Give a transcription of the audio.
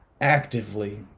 actively